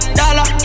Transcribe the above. dollar